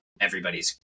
everybody's